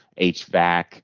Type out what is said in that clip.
HVAC